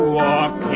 walk